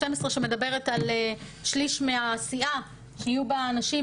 שמדברת על שליש מהסיעה שיהיו בה נשים,